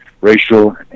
racial